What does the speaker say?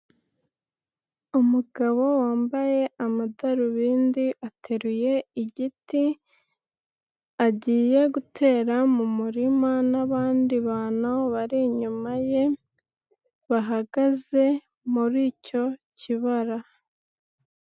Umugabo wambaye amadarubindi, ateruye igiti agiye gutera mu murima, n'abandi bantu bari inyuma ye, bahagaze muri icyo kibaya.